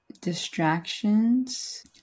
distractions